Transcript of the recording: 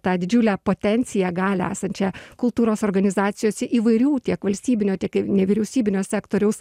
tą didžiulę potenciją galią esančią kultūros organizacijose įvairių tiek valstybinio tiek i nevyriausybinio sektoriaus